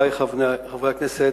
חברי חברי הכנסת,